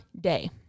Day